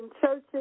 churches